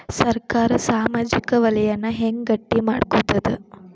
ಸರ್ಕಾರಾ ಸಾಮಾಜಿಕ ವಲಯನ್ನ ಹೆಂಗ್ ಗಟ್ಟಿ ಮಾಡ್ಕೋತದ?